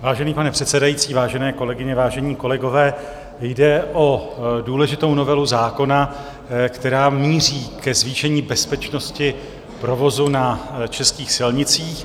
Vážený pane předsedající, vážené kolegyně, vážení kolegové, jde o důležitou novelu zákona, která míří ke zvýšení bezpečnosti provozu na českých silnicích.